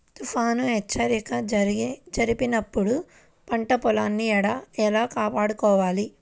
తుఫాను హెచ్చరిక జరిపినప్పుడు పంట పొలాన్ని ఎలా కాపాడాలి?